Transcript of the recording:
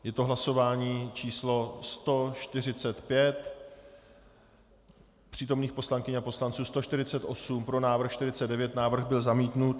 Je to hlasování číslo 145, přítomných poslankyň a poslanců 148, pro návrh 49, návrh byl zamítnut.